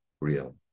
real